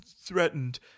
threatened